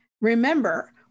Remember